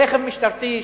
רכב משטרתי,